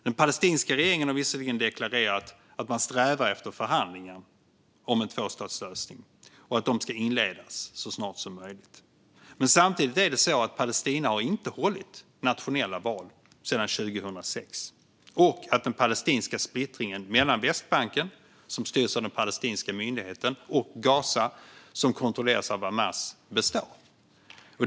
Den palestinska regeringen har visserligen deklarerat att man strävar efter förhandlingar om en tvåstatslösning och att de ska inledas så snart som möjligt. Samtidigt har Palestina inte hållit nationella val sedan 2006, och den palestinska splittringen mellan Västbanken, som styrs av palestinska myndigheten, och Gaza, som kontrolleras av Hamas, består.